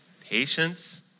patience